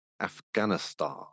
Afghanistan